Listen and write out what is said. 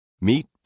Meet